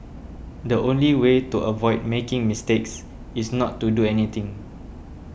the only way to avoid making mistakes is not to do anything